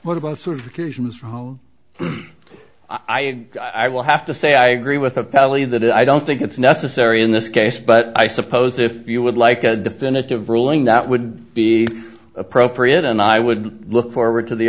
home i i will have to say i agree with appellee that i don't think it's necessary in this case but i suppose if you would like a definitive ruling that would be appropriate and i would look forward to the